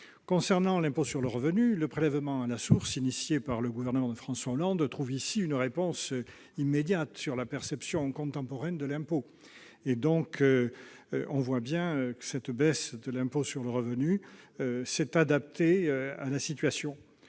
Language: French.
Concernant l'impôt sur le revenu, le prélèvement à la source mis en place par le gouvernement de François Hollande trouve ici une conséquence immédiate sur la perception contemporaine de l'impôt. On voit bien que cette baisse de l'impôt sur le revenu est adaptée à la situation.